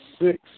six